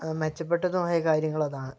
മെച്ചപ്പെട്ടതുമായ കാര്യങ്ങളതാണ്